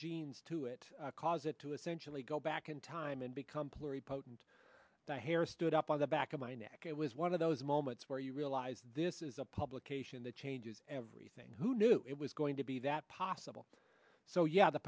genes to it cause it to essentially go back in time and become pluri potent the hair stood up on the back of my neck it was one of those moments where you realize this is a publication that changes everything who knew it was going to be that possible so yeah the